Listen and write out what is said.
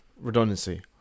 redundancy